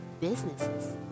businesses